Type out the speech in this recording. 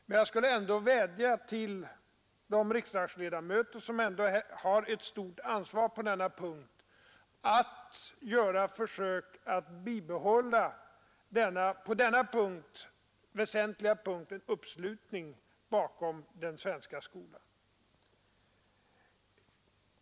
Men jag skulle ändå vilja vädja till riksdagsledamöterna, som har ett stort ansvar i detta avseende, att göra ett försök att på denna väsentliga punkt bibehålla en uppslutning bakom den svenska skolan.